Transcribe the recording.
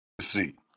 See